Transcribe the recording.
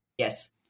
Yes